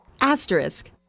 Asterisk